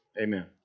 Amen